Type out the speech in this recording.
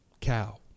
cow